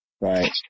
Right